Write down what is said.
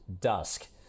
dusk